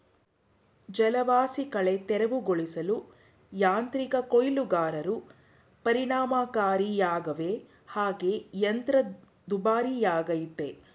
ಜಲವಾಸಿಕಳೆ ತೆರವುಗೊಳಿಸಲು ಯಾಂತ್ರಿಕ ಕೊಯ್ಲುಗಾರರು ಪರಿಣಾಮಕಾರಿಯಾಗವೆ ಹಾಗೆ ಯಂತ್ರ ದುಬಾರಿಯಾಗಯ್ತೆ